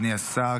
אדוני השר,